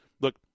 Look